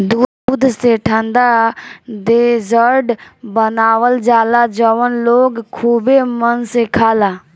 दूध से ठंडा डेजर्ट बनावल जाला जवन लोग खुबे मन से खाला